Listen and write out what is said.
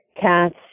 cats